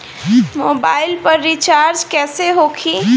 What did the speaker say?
Mobile पर recharge कैसे होखी?